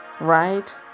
right